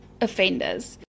offenders